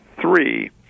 three